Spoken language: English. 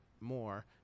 more